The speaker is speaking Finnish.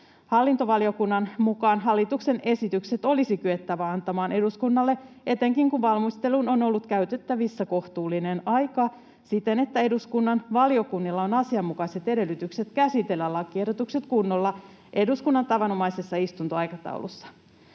Hallintovaliokunnan mukaan hallituksen esitykset olisi kyettävä antamaan eduskunnalle, etenkin kun valmisteluun on ollut käytettävissä kohtuullinen aika, siten, että eduskunnan valiokunnilla on asianmukaiset edellytykset käsitellä lakiehdotukset kunnolla eduskunnan tavanomaisessa istuntoaikataulussa.